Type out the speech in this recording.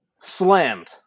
slammed